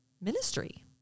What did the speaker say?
ministry